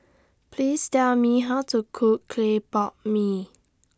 Please Tell Me How to Cook Clay Pot Mee